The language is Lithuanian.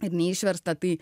kad neišversta tai